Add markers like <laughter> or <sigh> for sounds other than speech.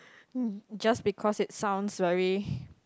<breath> <noise> just because it sounds very